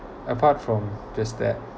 apart from just that